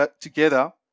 together